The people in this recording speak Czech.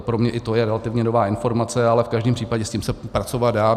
Pro mě i to je relativně nová informace, ale v každém případě se s tím pracovat dá.